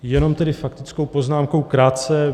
Jenom tedy faktickou poznámkou krátce.